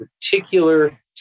particular